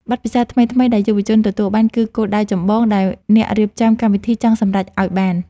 បទពិសោធន៍ថ្មីៗដែលយុវជនទទួលបានគឺជាគោលដៅចម្បងដែលអ្នករៀបចំកម្មវិធីចង់សម្រេចឱ្យបាន។